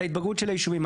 על ההתבגרות של היישובים.